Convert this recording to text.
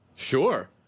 Sure